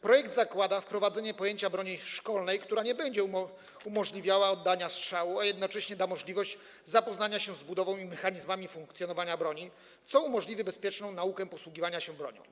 Projekt zakłada wprowadzenie pojęcia broni szkolnej, która nie będzie umożliwiała oddania strzału, a jednocześnie da możliwość zapoznania się z budową i mechanizmami funkcjonowania broni, co umożliwi bezpieczną naukę posługiwania się nią.